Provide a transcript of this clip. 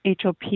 HOP